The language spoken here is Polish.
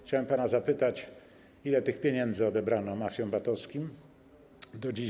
Chciałem pana zapytać: Ile tych pieniędzy odebrano mafiom VAT-owskim do dziś?